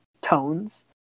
tones